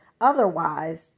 Otherwise